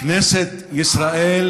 כנסת ישראל,